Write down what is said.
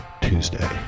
Tuesday